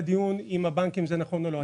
לדיון בשאלה אם הבנקים זה נכון או לא;